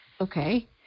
Okay